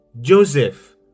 Joseph